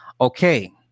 Okay